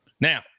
Now